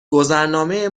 گذرنامه